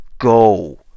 Go